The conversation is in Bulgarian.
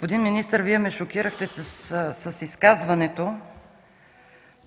Господин министър, Вие ме шокирахте с изказването,